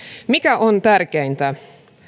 mikä on tärkeintä